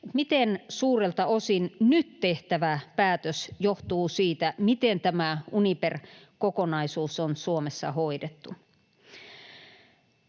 miten suurelta osin nyt tehtävä päätös johtuu siitä, miten tämä Uniper-kokonaisuus on Suomessa hoidettu?